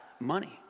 money